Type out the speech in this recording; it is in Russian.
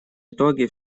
итоге